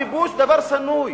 הכיבוש דבר שנוא.